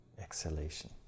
exhalation